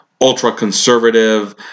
ultra-conservative